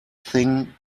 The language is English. thing